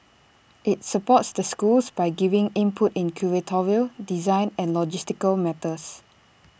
IT supports the schools by giving input in curatorial design and logistical matters